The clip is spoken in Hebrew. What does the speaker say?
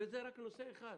וזה רק נושא אחד.